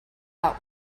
out